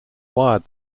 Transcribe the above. wired